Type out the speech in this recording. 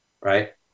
Right